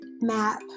map